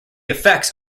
effects